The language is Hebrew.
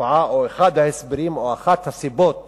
לתופעה או אחד ההסברים או אחת הסיבות